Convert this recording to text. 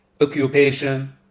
occupation